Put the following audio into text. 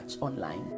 Online